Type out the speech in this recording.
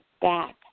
back